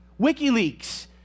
WikiLeaks